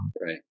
right